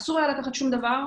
אסור היה לקחת שום דבר.